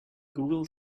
google